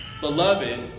Beloved